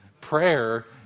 Prayer